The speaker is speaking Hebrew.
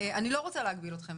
אני לא רוצה להגביל אתכם